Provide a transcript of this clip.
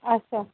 اَچھا